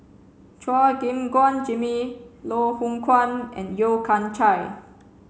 Chua Gim Guan Jimmy Loh Hoong Kwan and Yeo Kian Chye